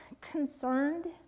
concerned